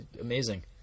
amazing